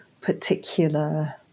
particular